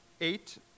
eight